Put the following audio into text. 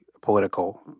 political